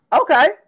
Okay